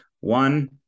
One